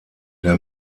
der